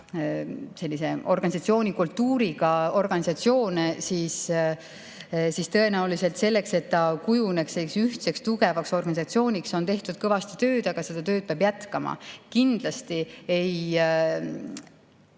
erineva organisatsioonikultuuriga organisatsioone, siis tõenäoliselt selleks, et see kujuneks ühtseks tugevaks organisatsiooniks, on tehtud kõvasti tööd, aga seda tööd peab jätkama. Kindlasti ei